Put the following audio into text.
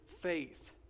faith